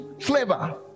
flavor